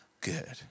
good